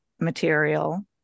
material